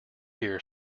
ear